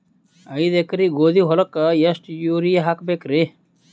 ಐದ ಎಕರಿ ಗೋಧಿ ಹೊಲಕ್ಕ ಎಷ್ಟ ಯೂರಿಯಹಾಕಬೆಕ್ರಿ?